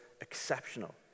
exceptional